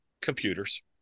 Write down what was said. Computers